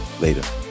Later